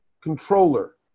controller